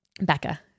Becca